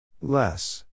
Less